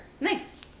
Nice